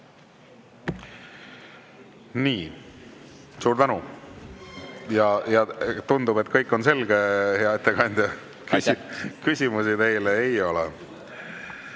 Suur tänu! Tundub, et kõik on selge, hea ettekandja, küsimusi teile ei ole.